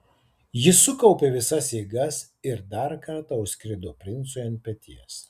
jis sukaupė visas jėgas ir dar kartą užskrido princui ant peties